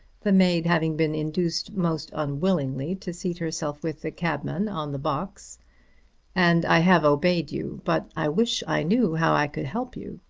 the maid having been induced most unwillingly to seat herself with the cabman on the box and i have obeyed you. but i wish i knew how i could help you.